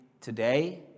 today